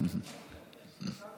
באתי לכאן?